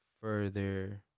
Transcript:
further